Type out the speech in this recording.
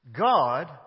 God